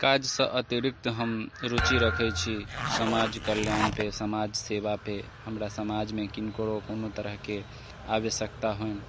काजसँ अतिरिक्त हम रुचि रखै छी समाज कल्याणपर समाज सेवापर हमरा समाजमे किनको कोनो तरहके आवश्यकता होनि